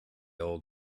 old